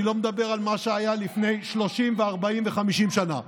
אני לא מדבר על מה שהיה לפני 30, 40 ו-50 שנה,